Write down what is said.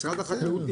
משרד החקלאות,